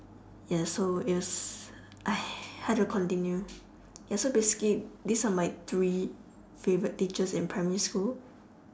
ya so it was !hais! how to continue ya so basically these are my three favourite teachers in primary school